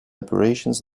operations